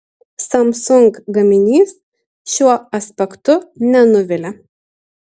samsung gaminys šiuo aspektu nenuvilia